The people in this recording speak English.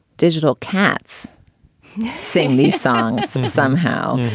digital cats sing these songs somehow.